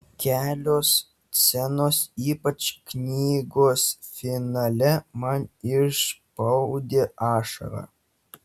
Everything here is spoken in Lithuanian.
kelios scenos ypač knygos finale man išspaudė ašarą